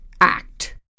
act